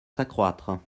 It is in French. s’accroître